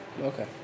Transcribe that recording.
okay